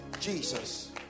Jesus